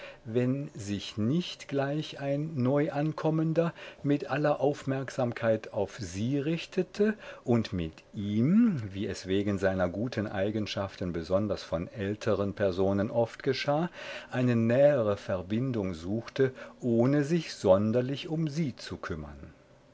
wenn sich nicht gleich ein neuankommender mit aller aufmerksamkeit auf sie richtete und mit ihm wie es wegen seiner guten eigenschaften besonders von älteren personen oft geschah eine nähere verbindung suchte ohne sich sonderlich um sie zu kümmern